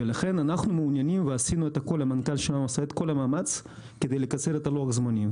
ולכן המנכ"ל שלנו עשה כל מאמץ כדי לקצר את לוח הזמנים,